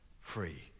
free